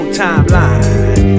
timeline